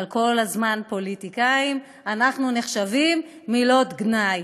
אבל כל הזמן פוליטיקאים, נחשבים מילות גנאי.